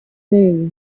day